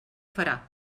farà